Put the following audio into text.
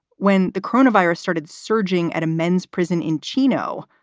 when the corona virus started surging at a men's prison in chino,